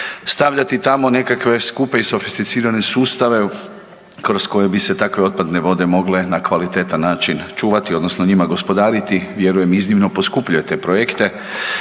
Stavljati tamo neke skupe i sofisticirane sustave kroz koje bi se takve otpadne vode mogle na kvalitetan način čuvati odnosno njima gospodariti, vjeruje, iznimno poskupljuje te projekte,